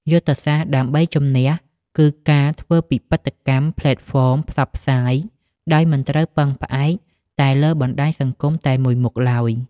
យុទ្ធសាស្ត្រដើម្បីជំនះគឺការធ្វើពិពិធកម្មផ្លេតហ្វមផ្សព្វផ្សាយ ដោយមិនត្រូវពឹងផ្អែកតែលើបណ្តាញសង្គមតែមួយមុខឡើយ។